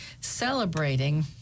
celebrating